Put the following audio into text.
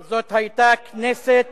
זאת היתה כנסת